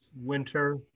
winter